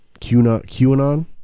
QAnon